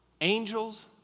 angels